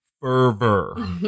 fervor